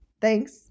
Thanks